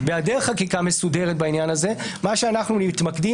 בהיעדר חקיקה מסודרת בעניין הזה מה שאנחנו מתמקדים